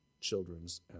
children's